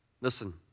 Listen